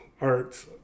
arts